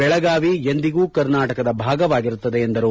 ಬೆಳಗಾವಿ ಎಂದಿಗೂ ಕರ್ನಾಟಕದ ಭಾಗವಾಗಿರುತ್ತದೆ ಎಂದರು